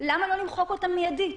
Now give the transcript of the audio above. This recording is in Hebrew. למה לא למחוק אותם מיידית?